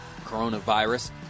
coronavirus